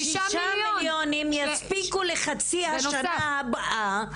6 מיליון יספיקו לחצי שנה הבאה,